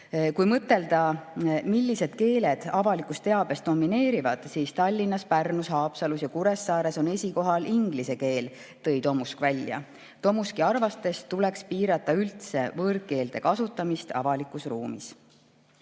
Kui mõtelda, millised võõrkeeled avalikus teabes domineerivad, siis Tallinnas, Pärnus, Haapsalus ja Kuressaares on esikohal inglise keel, tõi Tomusk välja. Tema arvates tuleks piirata üldse võõrkeelte kasutamist avalikus ruumis.